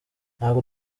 ntabwo